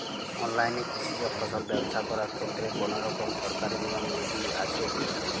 অনলাইনে কৃষিজ ফসল ব্যবসা করার ক্ষেত্রে কোনরকম সরকারি নিয়ম বিধি আছে কি?